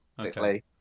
Okay